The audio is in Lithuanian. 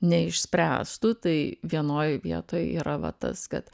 neišspręstų tai vienoj vietoj yra va tas kad